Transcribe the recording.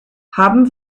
haben